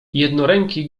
jednoręki